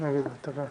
לי עם זה בעיה.